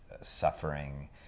suffering